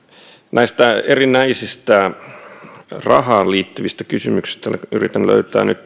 näistä erinäisistä rahaan liittyvistä kysymyksistä yritän löytää nyt